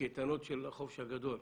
קייטנות של החופש הגדול,